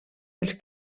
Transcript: els